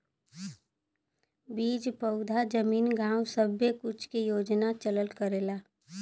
बीज पउधा जमीन गाव सब्बे कुछ के योजना चलल करेला